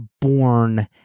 born